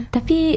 Tapi